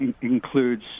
includes